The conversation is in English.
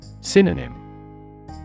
Synonym